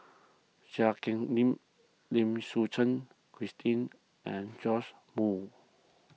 Cheang Hong Lim Lim Suchen Christine and Joash Moo